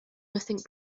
nothing